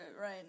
right